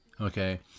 Okay